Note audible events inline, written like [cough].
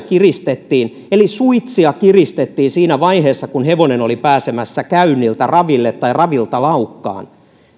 [unintelligible] kiristettiin eli suitsia kiristettiin siinä vaiheessa kun hevonen oli pääsemässä käynniltä raville tai ravilta laukkaan